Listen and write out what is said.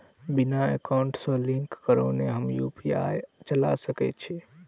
बिना एकाउंट सँ लिंक करौने हम यु.पी.आई चला सकैत छी?